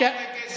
לא הרבה כסף.